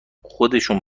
خودشون